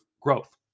growth